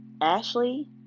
Ashley